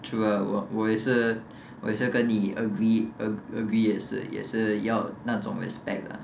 true uh 我我也是我也是跟你 agree uh agree 也是也是要那种 respect 的